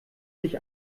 sich